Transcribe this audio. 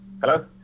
hello